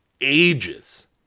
ages